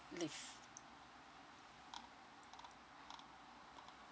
leave